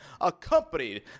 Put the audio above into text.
accompanied